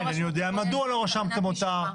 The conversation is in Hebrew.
אינני יודע מדוע לא רשמתם אותה.